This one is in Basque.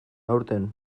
aurten